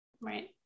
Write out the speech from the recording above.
Right